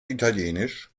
italienisch